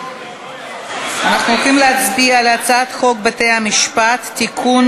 אנחנו הולכים להצביע על הצעת חוק בתי-המשפט (תיקון,